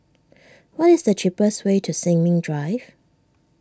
what is the cheapest way to Sin Ming Drive